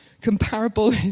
comparable